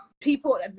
people